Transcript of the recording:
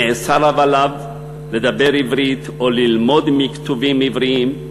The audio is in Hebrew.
נאסר עליו לדבר עברית או ללמוד מכתובים עבריים.